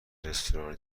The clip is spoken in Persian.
رستوران